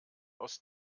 aus